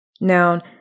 Now